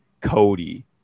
Cody